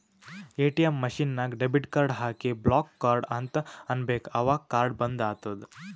ATM machine ನಾಗ್ debit card ಹಾಕಿ block card ಅಂತ್ ಅನ್ಬೇಕ ಅವಗ್ ಕಾರ್ಡ ಬಂದ್ ಆತ್ತುದ್